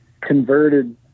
converted